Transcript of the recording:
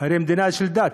זאת הרי מדינה של דת,